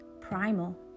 primal